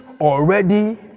already